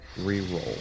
re-roll